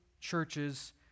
churches